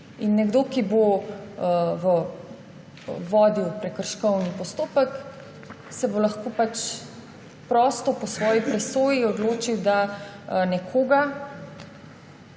Nekdo, ki bo vodil prekrškovni postopek, se bo lahko pač prosto po svoji presoji odločil, da nekoga